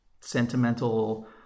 sentimental